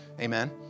amen